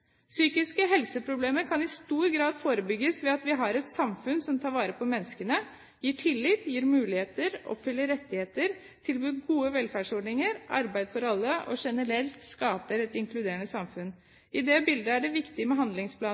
Psykiske helseproblemer kan i stor grad forebygges ved at vi har et samfunn som tar vare på menneskene, gir tillitt, gir muligheter, oppfyller rettigheter, tilbyr gode velferdsordninger, arbeid for alle og generelt skaper et inkluderende samfunn. I det bildet er det viktig med